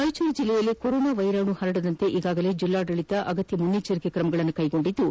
ರಾಯಚೂರು ಜಿಲ್ಲೆಯಲ್ಲಿ corona virus ಹರಡದಂತೆ ಈಗಾಗಲೇ ಜಿಲ್ಲಾಡಳಿತದಿಂದ ಅಗತ್ಯ ಮುನ್ನಚ್ಚರಿಕಾ ಕ್ರಮ ಕೈಗೊಂಡಿದ್ದು